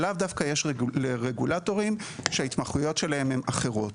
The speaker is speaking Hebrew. שלאו דווקא יש אותה לרגולטורים שההתמחויות שלהם הן אחרות.